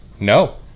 No